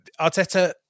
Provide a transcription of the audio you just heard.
Arteta